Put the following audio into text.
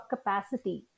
Capacity